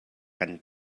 kan